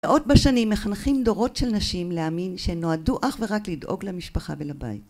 מאות בשנים מחנכים דורות של נשים להאמין שהן נועדו אך ורק לדאוג למשפחה ולבית.